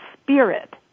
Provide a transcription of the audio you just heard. spirit